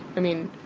i mean,